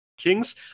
Kings